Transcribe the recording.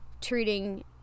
treating